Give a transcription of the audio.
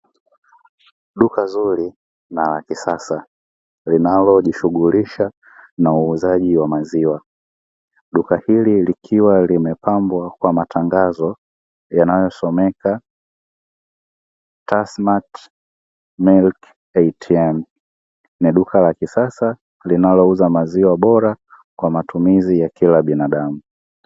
Duka zuri na la kisasa linalojishuhulisha na uuzaji wa maziwa. Duka hili likiwa limepambwa kwa matangazo yanayosomeka "Tasmak Milk ATM" ni duka la kisasa linalouza maziwa bora kwa matumizi ya kila binadamu.